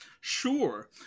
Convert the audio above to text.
Sure